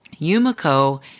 Yumiko